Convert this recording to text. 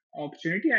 opportunity